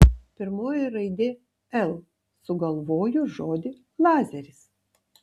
pirmoji raidė l sugalvoju žodį lazeris